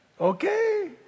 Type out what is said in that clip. Okay